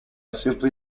simply